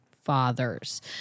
fathers